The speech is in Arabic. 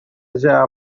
جاء